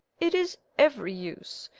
it is every use.